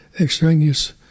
extraneous